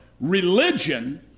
religion